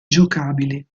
giocabili